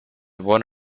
one